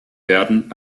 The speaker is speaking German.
werden